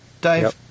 dave